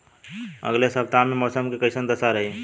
अलगे सपतआह में मौसम के कइसन दशा रही?